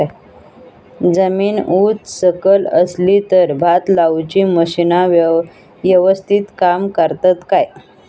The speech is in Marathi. जमीन उच सकल असली तर भात लाऊची मशीना यवस्तीत काम करतत काय?